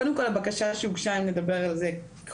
קודם כל הבקשה שהוגשה אם נדבר על זה קונקרטית,